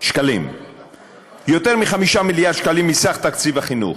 שקלים מסך תקציב החינוך,